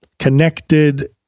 connected